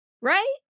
right